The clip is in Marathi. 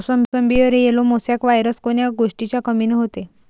मोसंबीवर येलो मोसॅक वायरस कोन्या गोष्टीच्या कमीनं होते?